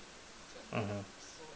mmhmm